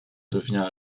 devient